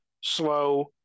slow